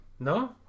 No